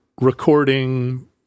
recording